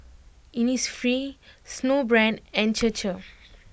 Innisfree Snowbrand and Chir Chir